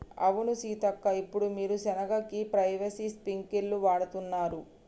అవును సీతక్క ఇప్పుడు వీరు సెనగ కి పైపేసి స్ప్రింకిల్స్ వాడుతున్నారు